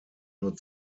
nur